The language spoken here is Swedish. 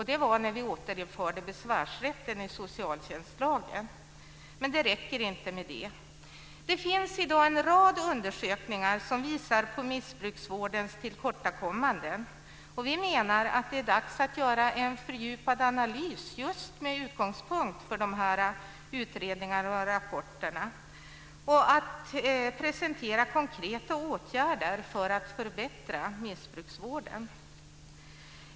Det var när vi återinförde besvärsrätten i socialtjänstlagen, men det räcker inte med det. Det finns i dag en rad undersökningar som visar på missbruksvårdens tillkortakommanden. Vi menar att det är dags att göra en fördjupad analys just med utgångspunkt i de här utredningarna och rapporterna och att presentera konkreta åtgärder för att förbättra missbruksvården.